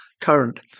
current